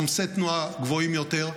עומסי תנועה גבוהים יותר,